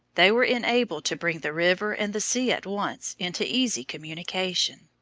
they were enabled to bring the river and the sea at once into easy communication.